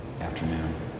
afternoon